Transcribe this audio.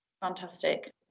Fantastic